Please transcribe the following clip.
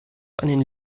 einen